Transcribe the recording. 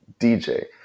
DJ